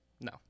No